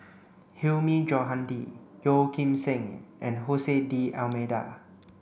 Hilmi Johandi Yeo Kim Seng and Hose D'almeida